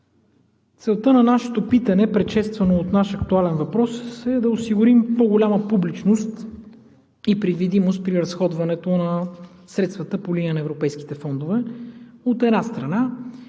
целта на нашето питане, предшествано от наш актуален въпрос, е да осигурим по-голяма публичност и предвидимост при разходването на средствата по линия на европейските фондове, от една страна.